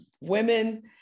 women